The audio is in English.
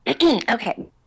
Okay